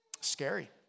scary